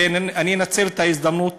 ואני אנצל את ההזדמנות